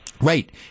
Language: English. Right